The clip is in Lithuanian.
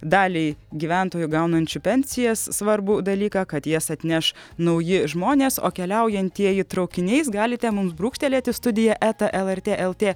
daliai gyventojų gaunančių pensijas svarbų dalyką kad jas atneš nauji žmonės o keliaujantieji traukiniais galite mums brūkštelėti studija eta lrt lt